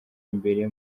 mbere